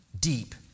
deep